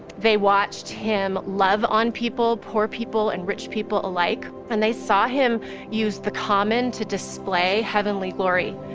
they watched him love on people, poor people and rich people alike. and they saw him use the common to display heavenly glory,